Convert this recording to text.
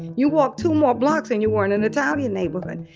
you walk two more blocks and you were in an italian neighborhood.